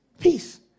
Peace